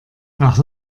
nach